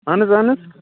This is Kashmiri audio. اَہَن حظ اَہن حظ